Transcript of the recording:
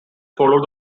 followed